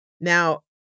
Now